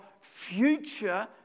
future